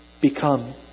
become